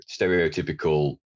stereotypical